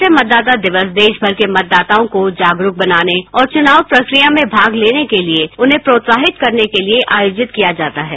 राष्ट्रीय मतदाता दिवस देशमर के मतदाताओं को जागरूक बनाने और चुनाव प्रक्रिया में भाग लेने के लिए उन्हें प्रोत्साहित करने के लिए आयोजित किया जाता है